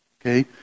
okay